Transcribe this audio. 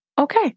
Okay